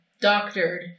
doctored